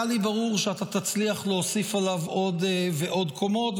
היה לי ברור שתצליח להוסיף עליו עוד ועוד קומות.